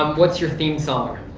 um what's your theme song? ah,